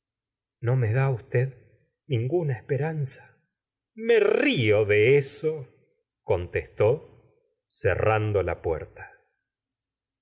no me da usted ninguna esperanza me rio de eso contestó cerrando la puerta